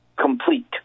complete